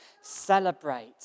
celebrate